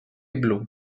blu